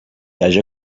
haja